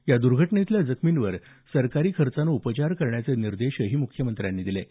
या दुर्घटनेतल्या जखमींवर सरकारी खर्चाने उपचार करण्याचे निर्देशही मुख्यमंत्र्यांनी दिले आहेत